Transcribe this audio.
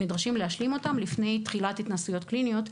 הם נדרשים להשלים אותם לפני תחילת ההתנסויות הקליניות,